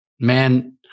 man